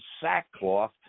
sackcloth